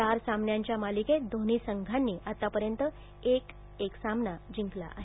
चार सामन्यांच्या मालिकेत दोन्ही संघांनी आतापर्यंत एक एक सामना जिंकला आहे